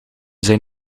zijn